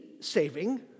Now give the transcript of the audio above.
saving